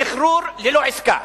שחרור ללא עסקה.